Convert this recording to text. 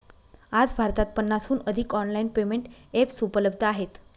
आज भारतात पन्नासहून अधिक ऑनलाइन पेमेंट एप्स उपलब्ध आहेत